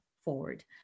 Forward